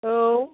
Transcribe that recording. औ